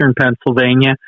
Pennsylvania